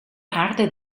aarde